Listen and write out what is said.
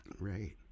Right